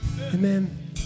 Amen